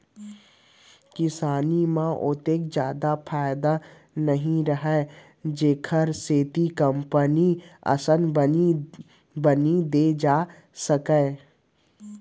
किसानी म ओतेक जादा फायदा नइ रहय जेखर सेती कंपनी असन बनी दे जाए सकय